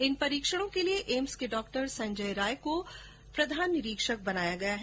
इन परीक्षणों के लिए एम्स के डॉ संजय राय को प्रधान निरीक्षक बनाया गया है